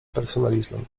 personalizmem